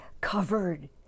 covered